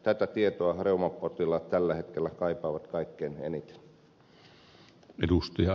tätä tietoa reumapotilaat tällä hetkellä kaipaavat kaikkein eniten